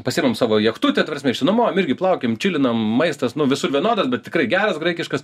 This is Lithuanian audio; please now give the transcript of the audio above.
pasiimam savo jachtutę ta prasme išsinuomuojam irgi plaukiojam čilinam maistas nu visur vienodas bet tikrai geras graikiškas